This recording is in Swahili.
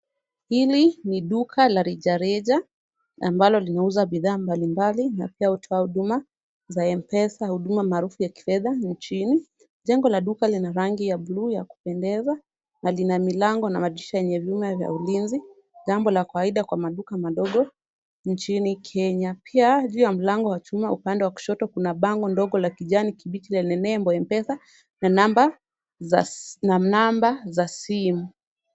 Hili ni duka la rejareja ambalo linauza bidhaa mbalimbali na pia hutoa huduma za Mpesa; huduma maruufu ya kifedha nchini. Jengo la duka lina rangi ya blue ya kupendeza na lina milango na madirisha yenye vyuma vya ulinzi jambo la kawaida kwa maduka madogo nchini Kenya. Pia juu ya mlango wa chuma upande wa kushoto kuna bango dogo la kijani kibichi lenye nembo Mpesa na namba za simu.